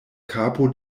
kapo